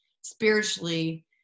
spiritually